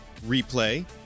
replay